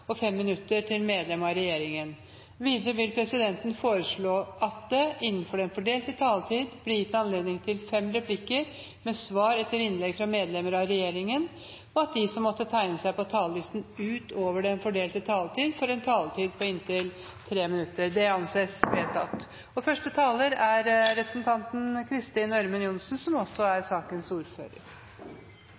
og 5 minutter til medlem av regjeringen. Presidenten vil videre foreslå at det blir gitt anledning til fem replikker med svar etter innlegg fra medlemmer av regjeringen innenfor den fordelte taletid, og at de som måtte tegne seg på talerlisten utover den fordelte taletid, får en taletid på inntil 3 minutter. – Det anses vedtatt. Jeg har først lyst til å takke komiteen, og ikke minst Senterpartiet, som